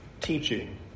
teaching